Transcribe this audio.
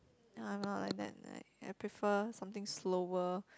I'm not like that like I prefer something slower